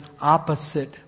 opposite